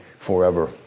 Forever